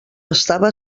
estava